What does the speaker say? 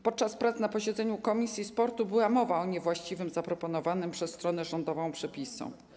Podczas prac na posiedzeniu komisji sportu była mowa o niewłaściwych zaproponowanych przez stronę rządową przepisach.